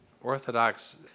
Orthodox